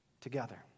together